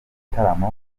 igitaramo